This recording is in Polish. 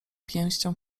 pięścią